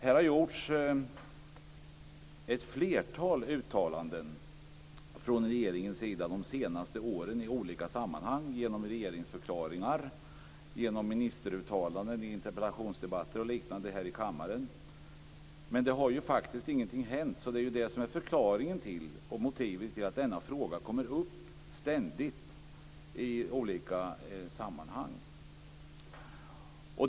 Under de senaste åren har det i olika sammanhang gjorts ett flertal uttalanden från regeringens sida - genom regeringsförklaringar, genom ministeruttalanden och i interpellationsdebatter o.d. här i kammaren - men ingenting har hänt. Det är förklaringen och motivet till att frågan ständigt kommer upp i olika sammanhang.